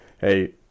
Hey